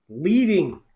leading